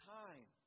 time